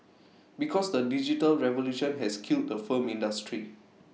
because the digital revolution has killed the film industry